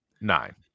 nine